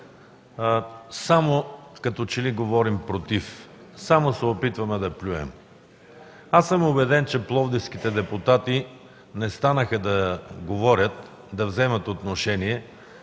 като че ли само говорим против, само се опитваме да плюем. Аз съм убеден, че пловдивските депутати не станаха да говорят, да вземат отношение,